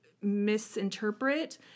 misinterpret